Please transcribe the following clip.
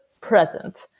present